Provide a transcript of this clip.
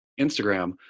Instagram